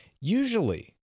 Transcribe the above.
Usually